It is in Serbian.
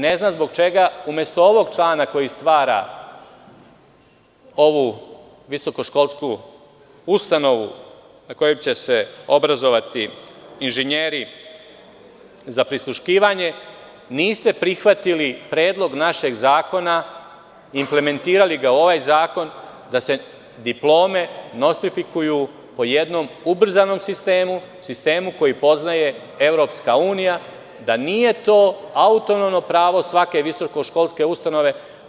Ne znam zbog čega umesto ovog člana koji stvara ovu visokoškolsku ustanovu na kojoj će se obrazovati inženjeri za prisluškivanje, niste prihvatili predlog našeg zakona i implementirali ga u ovaj zakon da se diplome nostrifikuju po jednom ubrzanom sistemu, sistemu koji poznaje EU, da nije to autonomno pravo svake visokoškolske ustanove.